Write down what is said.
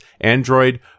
Android